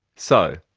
so,